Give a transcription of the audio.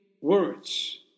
words